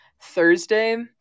Thursday